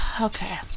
okay